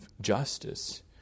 justice